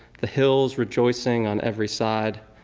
the hills rejoicing on every side,